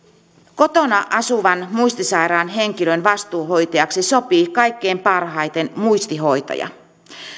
kotona asuvan muistisairaan henkilön vastuuhoitajaksi sopii kaikkein parhaiten muistihoitaja